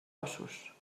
ossos